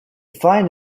find